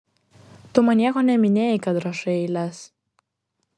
tu man nieko neminėjai kad rašai eiles